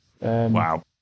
Wow